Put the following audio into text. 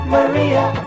Maria